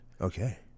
Okay